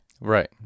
Right